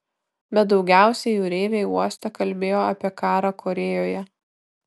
bet daugiausiai jūreiviai uoste kalbėjo apie karą korėjoje